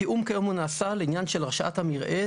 כיום התיאום נעשה לעניין הרשאת המרעה,